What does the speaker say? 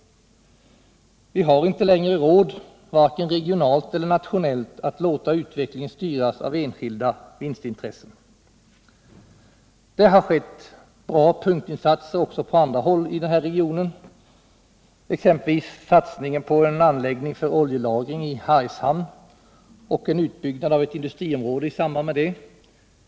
Vi har inte längre råd, varken regionalt eller nationellt, att låta utvecklingen styras av enskilda vinstintressen. Det har gjorts bra punktinsatser också på andra håll inom den här regionen. Exempelvis har det satsats på en anläggning för oljelagring i Hargshamn och en utbyggnad av ett industriområde i samband med detta.